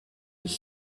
his